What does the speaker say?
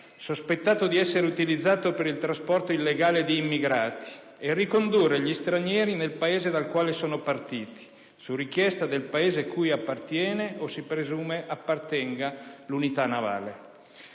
sospettato di essere utilizzato per il trasporto illegale di immigrati, e ricondurre gli stranieri nel Paese dal quale sono partiti, su richiesta del Paese cui appartiene o si presume appartenga l'unita navale.